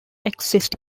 exist